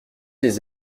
les